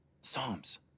Psalms